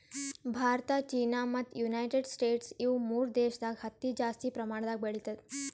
Bharat China ಮತ್ತ್ United States ಇವ್ ಮೂರ್ ದೇಶದಾಗ್ ಹತ್ತಿ ಜಾಸ್ತಿ ಪ್ರಮಾಣದಾಗ್ ಬೆಳಿತದ್